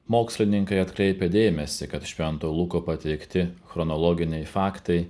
mokslininkai atkreipia dėmesį kad švento luko pateikti chronologiniai faktai